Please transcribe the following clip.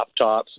laptops